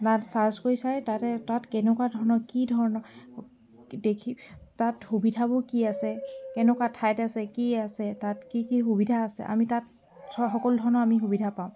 নাম ছাৰ্চ কৰি চাই তাত কেনকা ধৰণৰ কি ধৰণৰ গোটেইখিনি তাত সুবিধাবোৰ কি আছে কেনেকুৱা ঠাইত আছে কি আছে তাত কি কি সুবিধা আছে আমি তাত বিচৰা সকলো ধৰণৰ আমি সুবিধা পাওঁ